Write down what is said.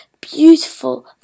beautiful